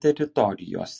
teritorijose